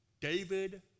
David